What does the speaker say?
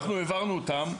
אנחנו העברנו אותם,